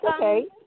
okay